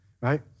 right